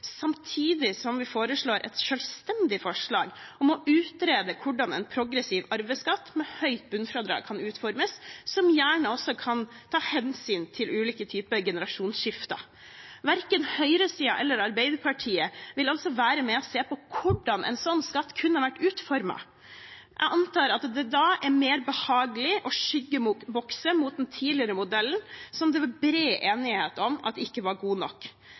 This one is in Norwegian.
samtidig som vi har et selvstendig forslag om å utrede hvordan en progressiv arveskatt med høyt bunnfradrag kan utformes og gjerne også ta hensyn til ulike typer generasjonsskifter. Verken høyresiden eller Arbeiderpartiet vil altså være med og se på hvordan en slik skatt kunne ha vært utformet. Jeg antar at det da er mer behagelig å skyggebokse mot den tidligere modellen, som det er bred enighet om ikke var god nok.